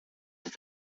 ist